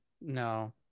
No